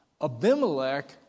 Abimelech